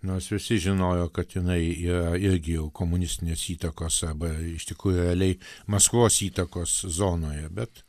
nors visi žinojo kad jinai irgi jau komunistinės įtakos arba iš tikrųjų realiai maskvos įtakos zonoje bet